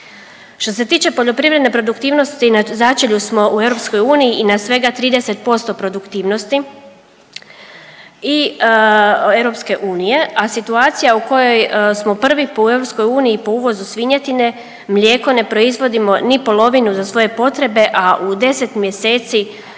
Što se tiče poljoprivredne produktivnosti na začelju smo u EU i na svega 30% produktivnosti i EU, a situacija u kojoj smo prvi u EU po uvozu svinjetine, mlijeko ne proizvodimo ni polovinu za svoje potrebe, a u 10 mjeseci